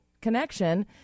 connection